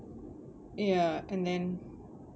ya and then